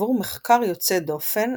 עבור מחקר יוצא דופן,